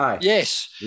Yes